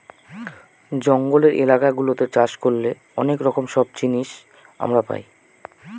জঙ্গলের এলাকা গুলাতে চাষ করলে অনেক রকম সব জিনিস আমরা পাই